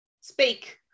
Speak